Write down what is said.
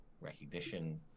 recognition